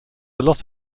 lot